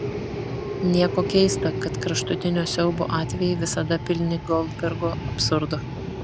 nieko keista kad kraštutinio siaubo atvejai visada pilni goldbergo absurdo